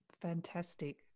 Fantastic